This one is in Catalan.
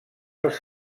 els